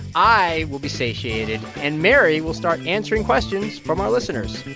i will be satiated. and mary will start answering questions from our listeners